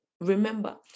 Remember